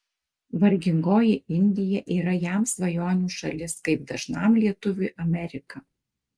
vargingoji indija yra jam svajonių šalis kaip dažnam lietuviui amerika